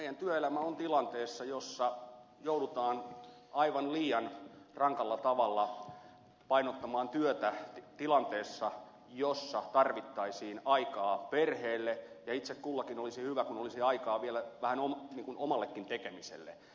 meidän työelämämme on tilanteessa jossa joudutaan aivan liian rankalla tavalla painottamaan työtä tilanteessa jossa tarvittaisiin aikaa perheelle ja itse kullekin olisi hyvä kun olisi aikaa vielä vähän omallekin tekemiselle